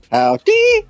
Howdy